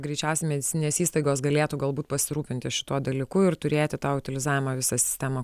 greičiausiai medicininės įstaigos galėtų galbūt pasirūpinti šituo dalyku ir turėti tą utilizavimo visą sistemą